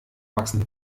wachsen